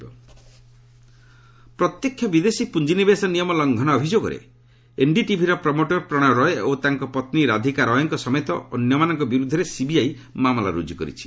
CBI NDTV ପ୍ରତ୍ୟକ୍ଷ ବିଦେଶୀ ପୁଞ୍ଜିନିବେଶ ନିୟମ ଲଙ୍ଘନ ଅଭିଯୋଗରେ ଏନ୍ଡିଟିଭିର ପ୍ରମୋଟର୍ ପ୍ରଶୟ ରୟ ଓ ତାଙ୍କ ପତ୍ନୀ ରାଧିକା ରୟଙ୍କ ସମେତ ଅନ୍ୟମାନଙ୍କ ବିରୋଧରେ ସିବିଆଇ ମାମଲା ର୍ଜ୍ର କରିଛି